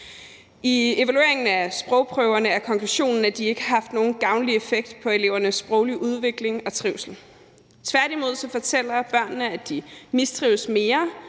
I evalueringen af sprogprøverne er konklusionen, at de ikke har haft nogen gavnlig effekt på elevernes sproglige udvikling og trivsel. Tværtimod fortæller børnene, at de mistrives mere,